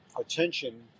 attention